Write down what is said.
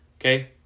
okay